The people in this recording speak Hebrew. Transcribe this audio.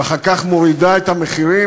ואחר כך מורידה את המחירים,